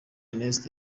ernest